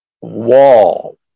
wall